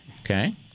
Okay